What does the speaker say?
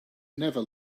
never